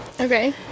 okay